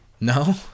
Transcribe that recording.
No